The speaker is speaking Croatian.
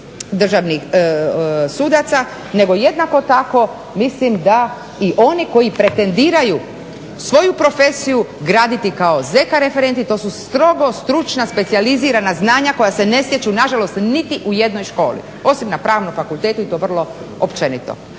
državnih sudaca, nego jednako tako mislim da i oni koji pretendiraju svoju profesiju graditi kao ZK referenti to su strogo, stručna, specijalizirana znanja koja se ne stječu nažalost niti u jednoj školi osim na pravnom fakultetu i to vrlo općenito.